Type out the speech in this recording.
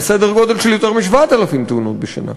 לסדר גודל של יותר מ-7,000 תאונות בשנה.